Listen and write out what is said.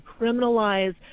criminalize